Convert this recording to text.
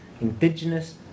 indigenous